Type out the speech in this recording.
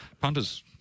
punters